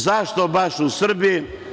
Zašto baš u Srbiji?